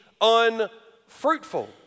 unfruitful